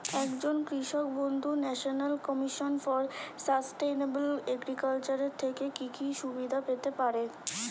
একজন কৃষক বন্ধু national commission for sustainable agriculture এর থেকে কি কি সুবিধা পেতে পারে?